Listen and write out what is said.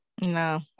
No